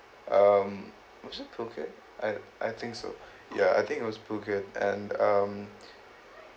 um was it phuket I I think so ya I think it was phuket and um